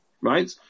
Right